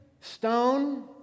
stone